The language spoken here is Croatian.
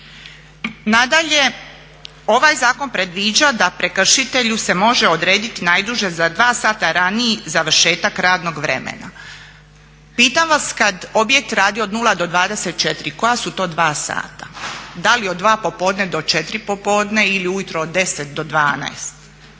Nadalje, ovaj zakon predviđa da prekršitelju se može odrediti najduže za dva sada raniji završetak radnog vremena. Pitam vas kad objekt radi od 0 do 24 koja su to 2 sata? Da li od 2 popodne do 4 popodne, ili ujutro od 10 do 12?